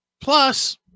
plus